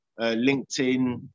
LinkedIn